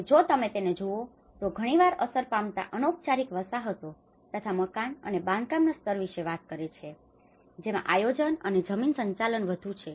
અને જો તમે તેને જુઓ તો તે ઘણીવાર અસર પામતા અનૌપચારિક વસાહતો તથા મકાન અને બાંધકામના સ્તર વિશે વાત કરે છે જેમાં આયોજન અને જમીન સંચાલન વધુ છે